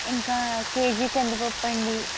ఇంకా కేజీ కందిపప్పు అండి